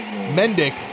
Mendick